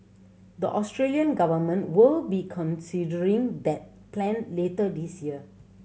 the Australian government will be considering that plan later this year